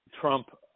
Trump